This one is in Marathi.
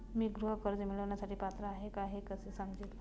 मी गृह कर्ज मिळवण्यासाठी पात्र आहे का हे कसे समजेल?